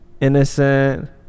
innocent